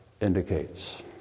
indicates